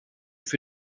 für